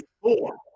four